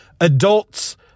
adults